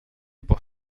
pour